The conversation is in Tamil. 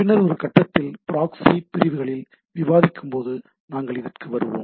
பின்னர் ஒரு கட்டத்தில் ப்ராக்ஸி பிரிவுகளில் விவாதிக்கும்போது நாங்கள் இதட்கு வருவோம்